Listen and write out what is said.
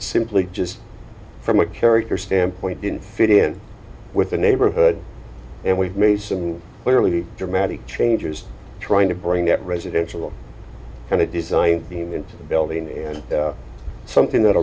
simply just from a character standpoint didn't fit in with the neighborhood and we may some clearly dramatic changes trying to bring that residential kind of design into the building and something that